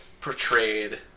portrayed